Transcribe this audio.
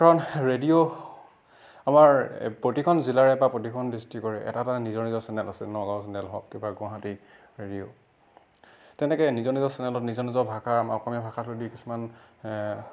কাৰণ ৰেডিঅ' আমাৰ প্ৰতিখন জিলাৰে বা প্ৰতিখন ডিষ্ট্ৰিকৰে এটা এটা নিজৰ নিজৰ চেনেল আছে নগাঁও চেনেল হওক কিবা গুৱাহাটী ৰেডিঅ' তেনেকৈ নিজৰ নিজৰ চেনেলত নিজৰ নিজৰ ভাষা আমাৰ অসমীয়া ভাষাটো দি কিছুমান